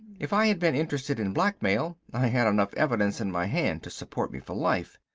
if i had been interested in blackmail i had enough evidence in my hand to support me for life.